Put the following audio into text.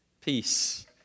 Peace